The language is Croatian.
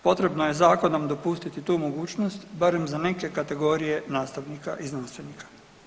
Potrebno je zakonom dopustiti tu mogućnost, barem za neke kategorije nastavnika i znanstvenika.